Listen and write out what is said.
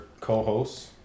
co-hosts